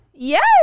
Yes